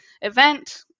event